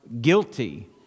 guilty